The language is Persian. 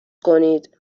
کنید